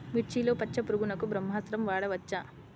మిర్చిలో పచ్చ పురుగునకు బ్రహ్మాస్త్రం వాడవచ్చా?